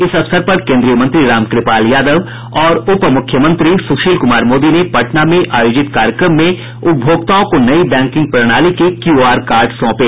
इस अवसर पर केंद्रीय मंत्री रामकृपाल यादव और उप मुख्यमंत्री सुशील कुमार मोदी ने पटना में आयोजित कार्यक्रम में उपभोक्ताओं को नई बैंकिंग प्रणाली के क्यूआर कार्ड सौंपे